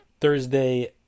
Thursday